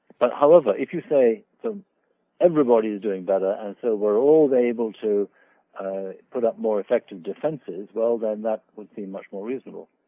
but however if you say so everybody is doing better and so we are all able to put up more effective defenses well then that would seem much more reasonable.